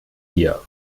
hier